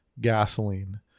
gasoline